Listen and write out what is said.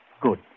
Good